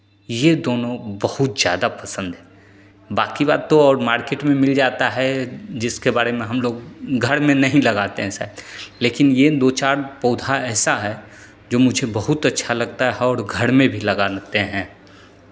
ये दोनों बहुत ज़्यादा पसंद है बाँक़ी बात तो और मार्केट में मिल जाता है जिसके बारे में हम लोग घर में नहीं लगाते हैं लेकिन ये दो चार पौधा ऐसा है जो मुझे बहुत अच्छा लगता है और घर में भी लगाते हैं